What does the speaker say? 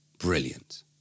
brilliant